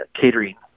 catering